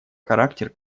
характер